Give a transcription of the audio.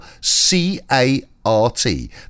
c-a-r-t